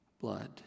blood